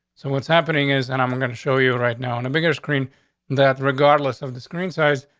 so what's happening is and i'm going to show you right now on a bigger screen that regardless of the screen size,